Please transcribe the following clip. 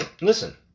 Listen